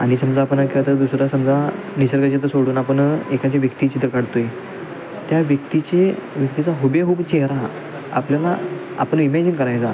आणि समजा आपण एकादा दुसरा समजा निसर्गाचे तर सोडून आपण एकाद्या व्यक्तिचित्र काढतो आहे त्या व्यक्तीचे व्यक्तीचा हुबेहूब चेहरा आपल्याला आपण इमॅजिन करायचा